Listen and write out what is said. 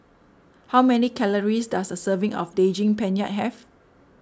how many calories does a serving of Daging Penyet have